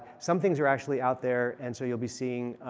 somethings are actually out there. and so you'll be seeing